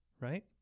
Right